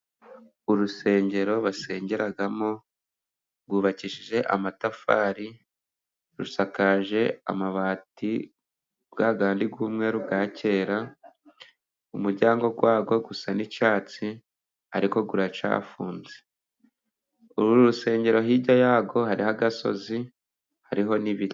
Urusengero basengeramo rwubakishije amatafari. Rusakaje amabati yayandi y'umweru ya kera. Umuryango warwo usa n'icyatsi. Ariko uracyafunze. uru rusengero hirya yarwo hariho agasozi, hariho n'ibiti.